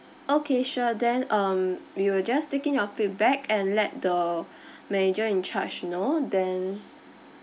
okay sure then um we will just take in your feedback and let the manager in charge know then